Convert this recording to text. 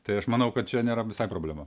tai aš manau kad čia nėra visai problema